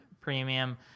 premium